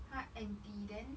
他 N_T then